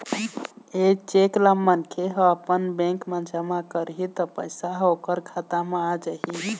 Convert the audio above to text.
ए cheque ल मनखे ह अपन बेंक म जमा करही त पइसा ह ओखर खाता म आ जाही